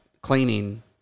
cleaning